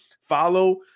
follow